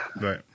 Right